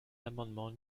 l’amendement